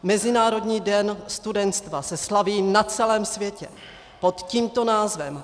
Mezinárodní den studenstva se slaví na celém světě pod tímto názvem.